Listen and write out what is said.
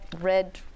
red